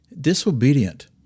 disobedient